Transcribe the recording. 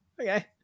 okay